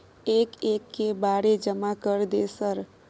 एक एक के बारे जमा कर दे सर?